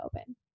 open